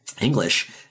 English